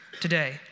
today